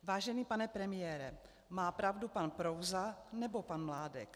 Vážený pane premiére, má pravdu pan Prouza, nebo pan Mládek?